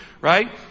Right